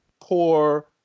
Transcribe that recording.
poor